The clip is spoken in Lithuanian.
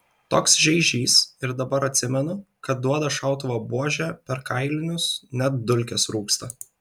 toks žeižys ir dabar atsimenu kad duoda šautuvo buože per kailinius net dulkės rūksta